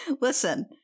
Listen